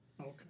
Okay